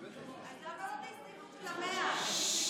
אז למה לא את ההסתייגות של ה-100%?